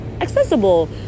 accessible